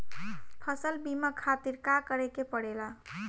फसल बीमा खातिर का करे के पड़ेला?